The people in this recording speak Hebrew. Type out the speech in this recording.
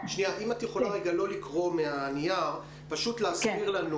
אם תוכלי לא לקרוא מהנייר ופשוט תסבירי לנו